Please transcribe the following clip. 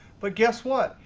but guess what?